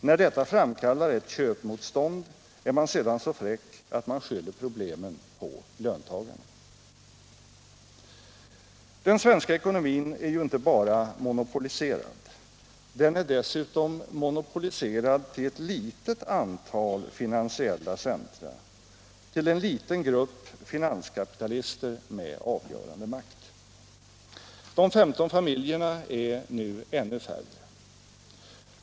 När detta framkallar ett köpmotstånd är man sedan så fräck att man skyller problemen på löntagarna! Den svenska ekonomin är ju inte bara monopoliserad, den är dessutom monopoliserad till ett litet antal finansiella centra, till en liten grupp finanskapitalister med avgörande makt. De 15 familjerna är nu färre.